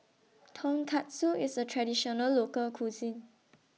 Tonkatsu IS A Traditional Local Cuisine